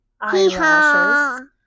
eyelashes